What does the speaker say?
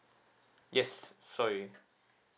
yes sorry